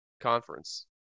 conference